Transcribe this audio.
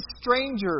strangers